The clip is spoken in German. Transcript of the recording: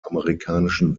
amerikanischen